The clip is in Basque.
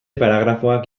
paragrafoak